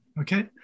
okay